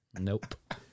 Nope